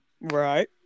Right